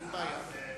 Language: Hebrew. אין בעיה.